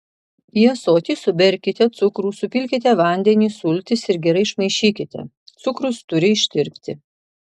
į ąsotį suberkite cukrų supilkite vandenį sultis ir gerai išmaišykite cukrus turi ištirpti